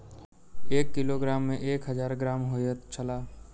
एक किलोग्राम में एक हजार ग्राम होयत छला